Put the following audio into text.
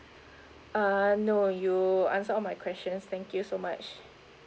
uh no you answered all my questions thank you so much